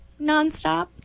nonstop